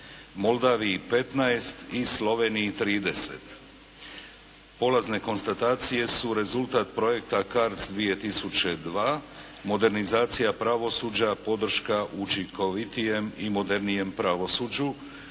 Moldaviji 15 i Sloveniji 30. Polazne konstatacije su rezultat projekta CARDS 2002, modernizacija pravosuđa, podrška učinkovitijem i modernijem pravosuđu